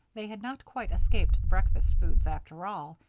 they had not quite escaped the breakfast foods after all,